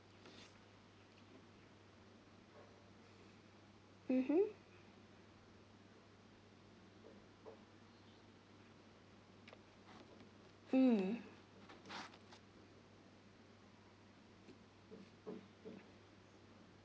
mmhmm mm